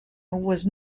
was